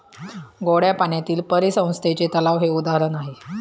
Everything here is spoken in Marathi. गोड्या पाण्यातील परिसंस्थेचे तलाव हे उदाहरण आहे